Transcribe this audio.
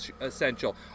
essential